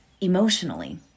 emotionally